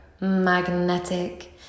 magnetic